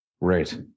Right